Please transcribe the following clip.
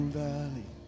valley